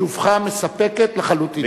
תשובה מספקת לחלוטין.